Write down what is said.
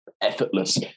effortless